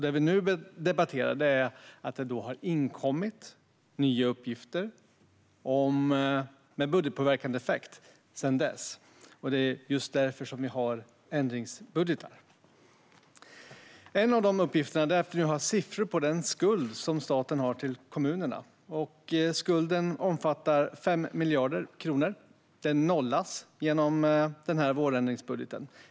Det vi nu debatterar är att det sedan dess har inkommit nya uppgifter med budgetpåverkande effekt. Det är just därför vi har ändringsbudgetar. En av dessa uppgifter är att vi nu har siffror på en skuld som staten har till kommunerna. Skulden omfattar 5 miljarder kronor, och den nollas genom denna vårändringsbudget.